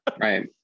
Right